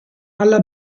alla